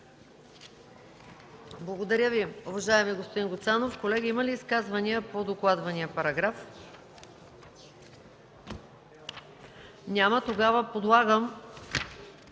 Благодаря Ви, господин Гуцанов. Колеги, има ли изказвания по докладвания параграф? Няма. Подлагам